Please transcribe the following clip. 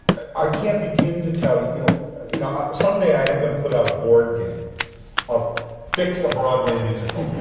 i can't begin to tell you you know you know, some day i am going to put out a board game of fix a broadway musical!